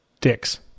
Dicks